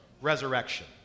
resurrection